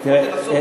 או לפחות לנסות.